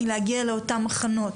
מלהגיע לאותם מחנות